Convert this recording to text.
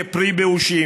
כאל פרי באושים,